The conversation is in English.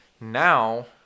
Now